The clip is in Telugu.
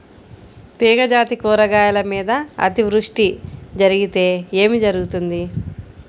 తీగజాతి కూరగాయల మీద అతివృష్టి జరిగితే ఏమి జరుగుతుంది?